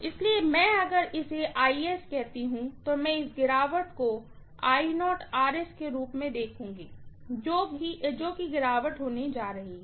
इसलिए अगर मैं इसे कह सकता हूं तो मैं इस गिरावट को के रूप में देखूंगा जो कि गिरावट होने जा रहा है